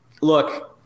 look